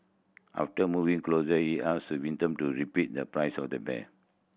after moving closer he asked the victim to repeat the price of the bear